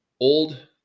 Old